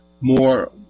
more